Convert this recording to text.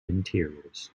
interiors